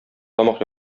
тамак